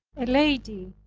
a lady,